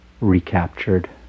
recaptured